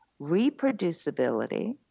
reproducibility